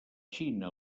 xina